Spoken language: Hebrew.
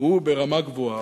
וברמה גבוהה.